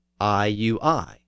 IUI